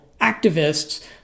activists